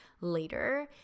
later